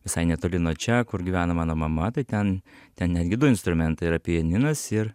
visai netoli nuo čia kur gyveno mano mama tai ten ten netgi du instrumentai yra pianinas ir